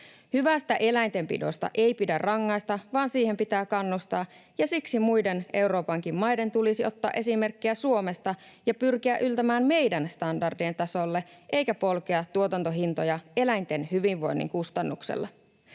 Hyvästä eläintenpidosta ei pidä rangaista, vaan siihen pitää kannustaa, ja siksi muiden Euroopankin maiden tulisi ottaa esimerkkiä Suomesta ja pyrkiä yltämään meidän standardien tasolle eikä polkea tuotantohintoja eläinten hyvinvoinnin kustannuksella.